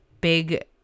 big